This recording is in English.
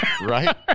Right